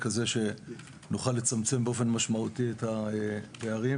כזה שנוכל לצמצם באופן משמעותי את הפערים.